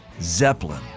Zeppelin